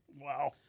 Wow